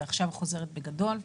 ועכשיו חוזרת בגדול.